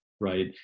right